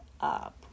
up